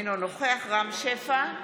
אינו נוכח רם שפע,